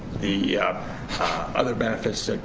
the other benefits